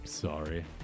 Sorry